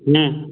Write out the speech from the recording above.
हम्म